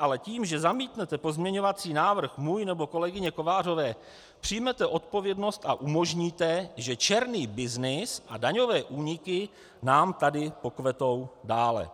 ale tím, že zamítnete pozměňovací návrh můj nebo kolegyně Kovářové, přijmete odpovědnost a umožníte, že černý byznys a daňové úniky nám tady pokvetou dále.